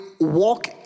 walk